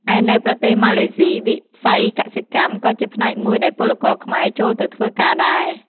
ឯនៅប្រទេសម៉ាឡេស៊ី វិស័យកសិកម្មក៏ជាផ្នែកមួយដែលពលករខ្មែរចូលទៅធ្វើការដែរ ។